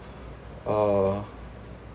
uh